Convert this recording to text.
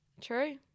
True